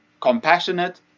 compassionate